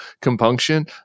compunction